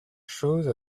chose